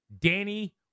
Danny